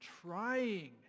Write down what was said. trying